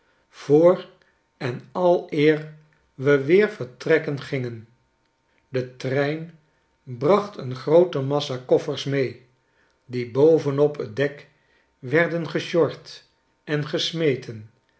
voor en aleer we weer vertrekken gingen de trein bracht een groote massa koffers mee die bovenop t dek werden gesjord en gesmeten